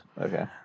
Okay